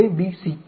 A B C